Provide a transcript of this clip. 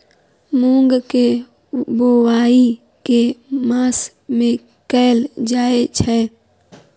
मूँग केँ बोवाई केँ मास मे कैल जाएँ छैय?